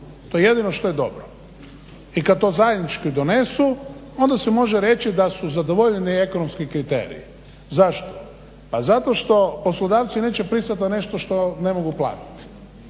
To je jedino što je dobro. i kad to zajednički donesu onda se može reći da su zadovoljeni ekonomski kriteriji. Zašto? Pa zato što poslodavci neće pristat na nešto što ne mogu platiti,